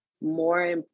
more